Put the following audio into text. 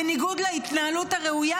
בניגוד להתנהלות הראויה,